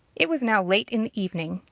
it was now late in the evening,